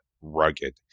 rugged